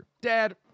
Dad